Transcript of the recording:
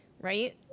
right